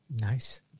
Nice